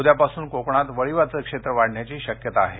उद्यापासून कोकणात वळीवाचं क्षेत्र वाढण्याची शक्यता आहे